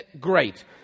great